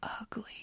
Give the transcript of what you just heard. ugly